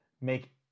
make